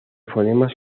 fonemas